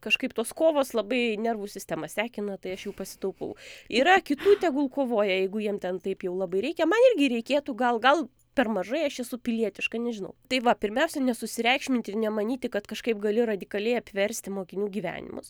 kažkaip tos kovos labai nervų sistemą sekina tai aš jau pasitaupau yra kitų tegul kovoja jeigu jiem ten taip jau labai reikia man irgi reikėtų gal gal per mažai aš esu pilietiška nežinau tai va pirmiausia nesusireikšminti ir nemanyti kad kažkaip gali radikaliai apversti mokinių gyvenimus